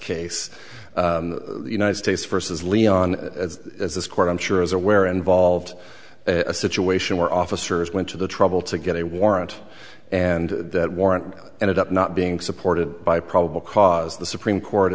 case the united states versus leon as this court i'm sure is aware involved in a situation where officers went to the trouble to get a warrant and that warrant ended up not being supported by probable cause the supreme court